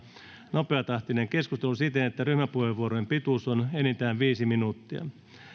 nopeatahtisena siten että ryhmäpuheenvuorojen pituus on enintään viisi minuuttia